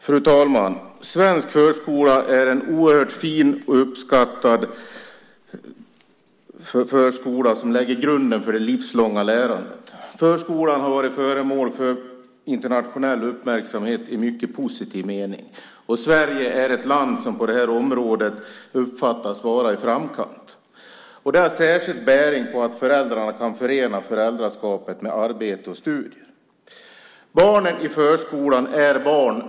Fru talman! Svensk förskola är en oerhört fin och uppskattad förskola som lägger grunden för det livslånga lärandet. Förskolan har varit föremål för internationell uppmärksamhet i mycket positiv mening, och Sverige är ett land som på det här området uppfattas vara i framkant. Det har särskilt bäring på att föräldrarna kan förena föräldraskapet med arbete och studier. Barnen i förskolan är barn.